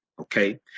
Okay